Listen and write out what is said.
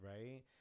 right